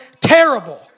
terrible